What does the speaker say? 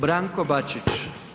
Branko Bačić.